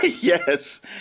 Yes